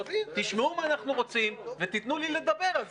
תשמעו מה אנחנו רוצים ותנו לי לדבר,